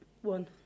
One